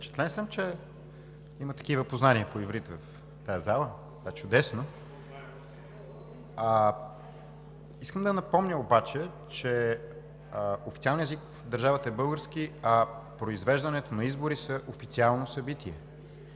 Впечатлен съм, че има такива познания по иврит в тази зала. Това е чудесно! Искам да напомня, че официалният език в държавата е българският, а произвеждането на избори е официално събитие.